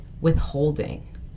withholding